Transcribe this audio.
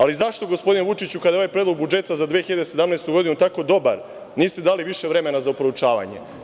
Ali, zašto, gospodine Vučiću kada je ovaj predlog budžeta za 2017. godinu tako dobar, niste dali više vremena za proučavanje.